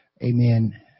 amen